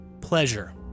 pleasure